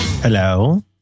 hello